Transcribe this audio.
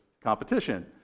competition